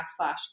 backslash